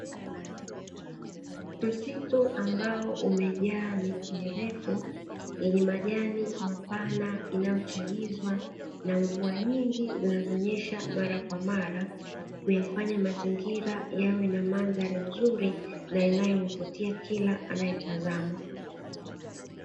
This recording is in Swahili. Msitu ambao umejaa miti mirefu yenye majani mapana inayochagizwa na mvua nyingi zinazonyesha mara kwa mara kuyafanya mazingira yawe na mandhari nzuri na inayovutia kila anayetazama.